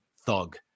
Thug